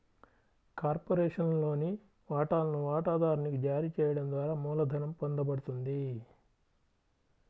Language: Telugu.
కార్పొరేషన్లోని వాటాలను వాటాదారునికి జారీ చేయడం ద్వారా మూలధనం పొందబడుతుంది